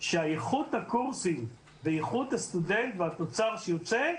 שאיכות הקורסים ואיכות הסטודנט והתוצר שיוצא,